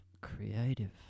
creative